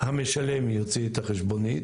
המשלם יוציא את החשבונית,